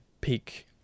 peak